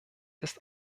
ist